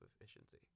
efficiency